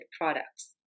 products